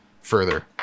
further